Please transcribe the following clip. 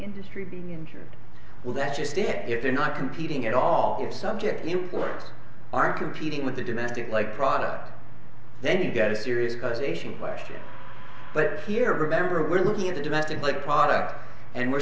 industry being injured well that's just it if you're not competing at all subject employers are competing with a domestic like product then you've got a serious causation question but here remember we're looking at a domestic product and we're